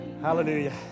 Hallelujah